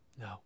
No